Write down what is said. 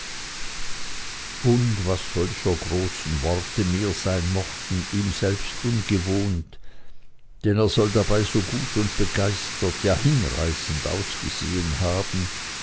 und was solcher großen worte mehr sein mochten ihm selbst ungewohnt denn er soll dabei so gut und begeistert ja hinreißend ausgesehen haben